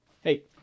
Hey